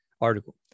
article